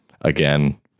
again